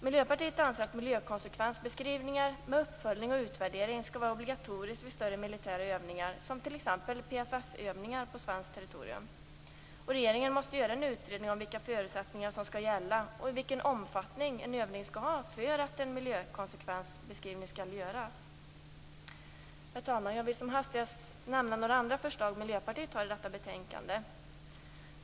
Miljöpartiet anser att miljökonsekvensbeskrivningar med uppföljning och utvärdering skall vara obligatoriska vid större militära övningar, t.ex. PFF övningar på svenskt territorium. Regeringen måste göra en utredning om vilka förutsättningar som skall gälla och vilken omfattning en övning skall ha för att en miljökonsekvensbeskrivning skall göras. Herr talman! Jag vill som hastigast nämna några andra förslag som Miljöpartiet har som behandlas i detta betänkande.